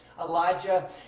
Elijah